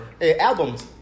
Albums